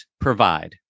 Provide